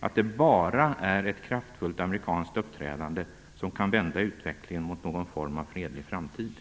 att det bara är ett kraftfullt amerikanskt uppträdande som kan vända utvecklingen mot någon form av fredlig framtid?